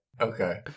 okay